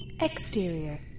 Exterior